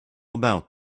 about